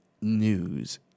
news